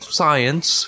science